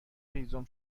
هیزم